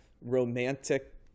romantic